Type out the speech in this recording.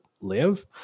live